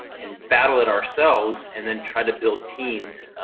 and battle it ourselves and then try to build teams.